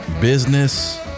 business